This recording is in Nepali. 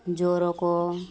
ज्वरोको